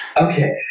Okay